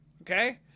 Okay